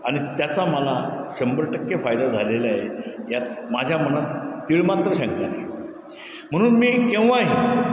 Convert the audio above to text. आणि त्याचा मला शंभर टक्के फायदा झालेले आहे यात माझ्या मनात तिळमात्र शंका नाही म्हणून मी केव्हाही